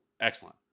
excellent